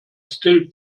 still